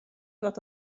fod